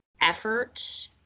effort